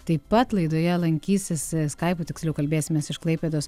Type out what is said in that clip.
taip pat laidoje lankysis skaipu tiksliau kalbėsimės iš klaipėdos